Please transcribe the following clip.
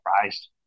price